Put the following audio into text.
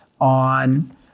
on